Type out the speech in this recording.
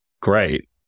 great